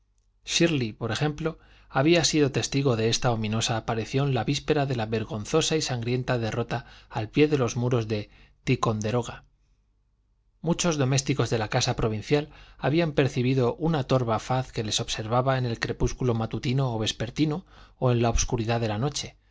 shírley por ejemplo había sido testigo de esta ominosa aparición la víspera de la vergonzosa y sangrienta derrota al pie de los muros de ticonderoga muchos domésticos de la casa provincial habían percibido una torva faz que les observaba en el crepúsculo matutino o vespertino o en la obscuridad de la noche